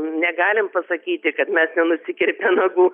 negalim pasakyti kad mes nenusikirpę nagų